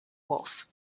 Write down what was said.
wolf